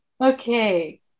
Okay